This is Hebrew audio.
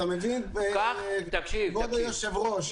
אתה מבין כבוד היושב-ראש.